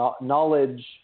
Knowledge